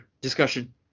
discussion